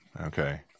okay